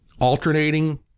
alternating